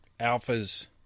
alphas